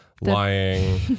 lying